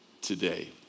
today